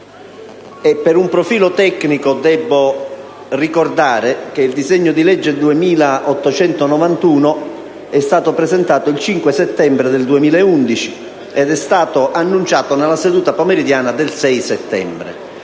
Per un profilo tecnico, debbo ricordare che il disegno di legge n. 2891 è stato presentato il 5 settembre 2011 e annunciato nella seduta pomeridiana del 6 settembre.